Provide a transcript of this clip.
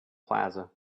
plaza